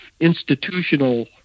institutional